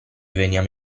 veniamo